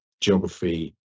geography